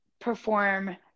perform